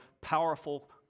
powerful